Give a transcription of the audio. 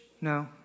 No